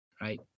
Right